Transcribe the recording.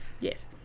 Yes